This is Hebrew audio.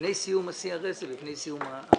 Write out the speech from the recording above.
לפני סיום ה-CRS ולפני סיום הגמ"חים.